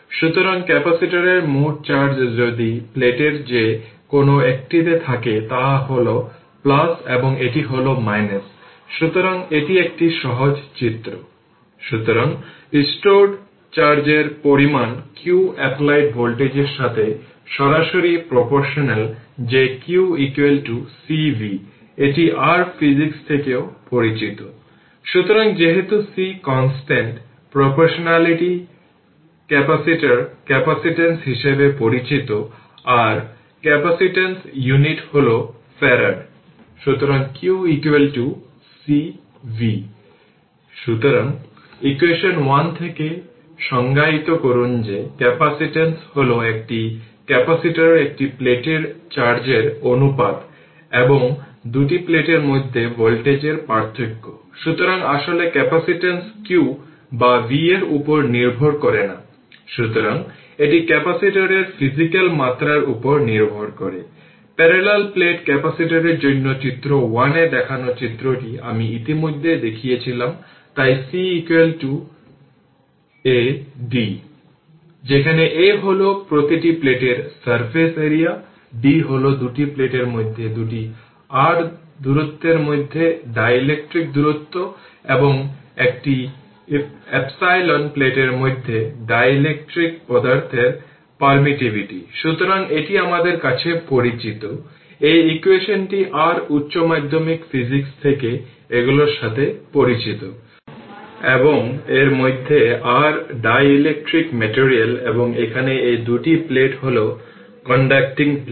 সুতরাং এখানে যে দিকে কারেন্ট প্রবাহিত হয় সেই দিকটি দেখানো হয়েছে এবং এখানে ইলেকট্রন হল সেটা যা ঊর্ধ্বমুখী প্রবাহিত হচ্ছে এবং এর মধ্যে r ডাইলেকট্রিক মেটেরিয়াল এবং এখানে এই দুটি প্লেট হল কন্ডাক্কটিং প্লেট